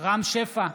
רם שפע,